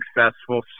successful